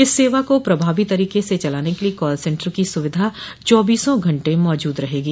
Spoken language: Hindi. इस सेवा को प्रभावी तरीके से चलाने के लिए कॉल सेन्टर की सुविधा चौबीसों घंटे मौजूद रहेगी